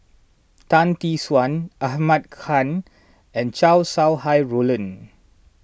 Tan Tee Suan Ahmad Khan and Chow Sau Hai Roland